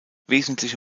wesentliche